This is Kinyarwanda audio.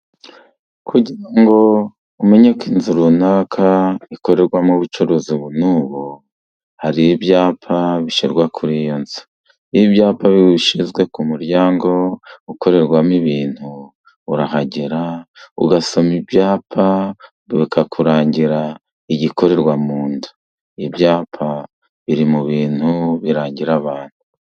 Kugira ngo umenye ko inzu runaka ikorerwamo ubucuruzi ubu n'ubu, hari ibyapa bishyirwa kuri iyo nzu, ibyapa bishyizwe ku muryango ukorerwamo ibintu, urahagera ugasoma ibyapa bikakurangira igikorerwa mu nda ,ibyapa biri mu bintu birangira abantu.